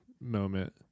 moment